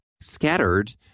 scattered